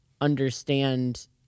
understand